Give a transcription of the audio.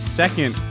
second